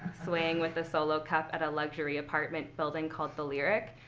swaying with a solo cup at a luxury apartment building called the lyric.